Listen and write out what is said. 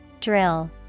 Drill